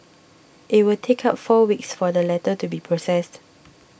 it will take up four weeks for the letter to be processed